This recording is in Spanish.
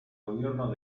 gobierno